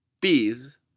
Bees